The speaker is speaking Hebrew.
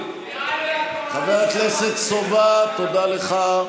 חבר הכנסת סובה, תודה לך.